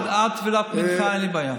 עד תפילת מנחה אין לי בעיה.